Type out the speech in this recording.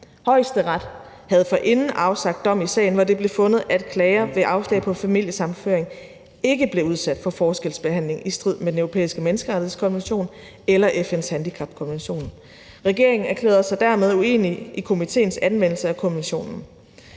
Højesteret havde forinden afsagt dom i sagen, hvor det blev fundet, at klager ved afslag på familiesammenføring ikke var blevet udsat for forskelsbehandling i strid med Den Europæiske Menneskerettighedskonvention eller FN's handicapkonvention. Regeringen erklærede sig dermed uenig i komitéens anvendelse af konventionen.